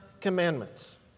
commandments